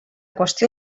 qüestió